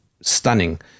stunning